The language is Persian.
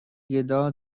گدا